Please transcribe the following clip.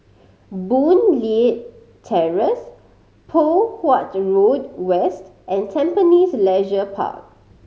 Boon Leat Terrace Poh Huat Road West and Tampines Leisure Park